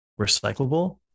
recyclable